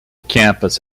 campus